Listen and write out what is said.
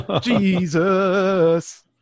Jesus